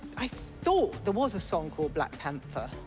i thought there was a song called black panther,